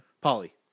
Polly